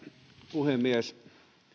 puhemies